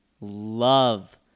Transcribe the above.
love